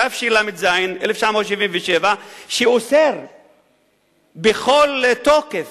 תשל"ז 1977, שאוסר בכל תוקף